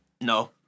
No